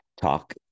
talk